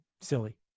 silly